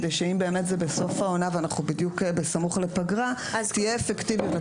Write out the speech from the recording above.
כי אם זה באמת בסוף העונה ואנחנו בדיוק בסמוך לפגרה אז שתהיה אפקטיביות.